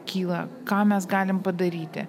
kyla ką mes galim padaryti